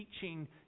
Teaching